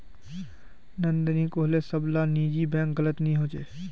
नंदिनी कोहले की सब ला निजी बैंक गलत नि होछे